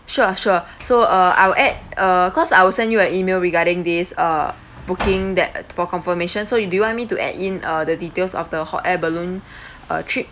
sure sure so uh I will add uh cause I will send you an email regarding this uh booking that for confirmation so you do you want me to add in uh the details of the hot air balloon uh trip